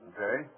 Okay